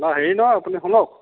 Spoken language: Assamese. অঁ হেৰি নহয় আপুনি শুনক